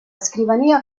scrivania